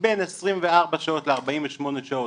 בין 24 שעות ל-48 שעות,